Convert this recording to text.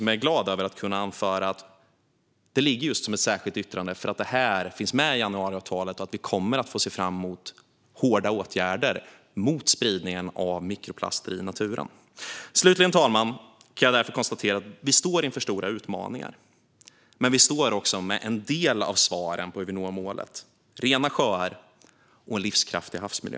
Jag är glad över att kunna anföra att det ligger som ett särskilt yttrande just därför att detta finns med i januariavtalet och att vi kommer att få se fram emot hårda åtgärder mot spridningen av mikroplaster i naturen. Slutligen, fru talman, kan jag konstatera att vi står inför stora utmaningar, men vi står också med en del av svaren på hur vi når målet: rena sjöar och en livskraftig havsmiljö.